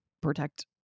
protect